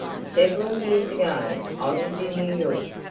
several years ago i was in new york.